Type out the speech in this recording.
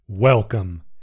Welcome